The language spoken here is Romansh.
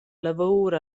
lavur